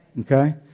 Okay